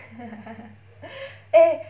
eh